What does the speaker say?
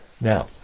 Now